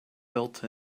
built